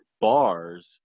bars